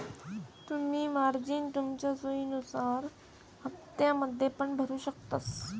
तुम्ही मार्जिन तुमच्या सोयीनुसार हप्त्त्यांमध्ये पण भरु शकतास